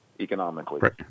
Economically